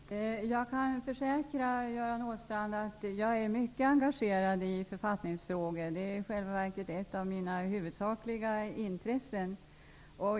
Herr talman! Jag kan försäkra Göran Åstrand att jag är mycket engagerad i författningsfrågor. Det är i själva verket ett av mina huvudsakliga intressen.